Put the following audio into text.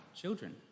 children